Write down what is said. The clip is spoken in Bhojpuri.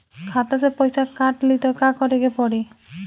खाता से पैसा काट ली त का करे के पड़ी?